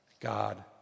God